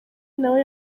nawe